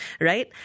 right